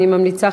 אני ממליצה,